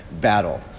battle